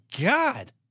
God